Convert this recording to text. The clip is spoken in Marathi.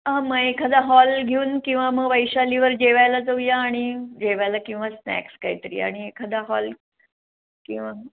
हां मग एखादा हॉल घेऊन किंवा मग वैशालीवर जेवायला जाऊया आणि जेवायला किंवा स्नॅक्स काही तरी आणि एखादा हॉल किंवा